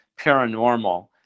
paranormal